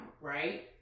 right